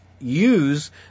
use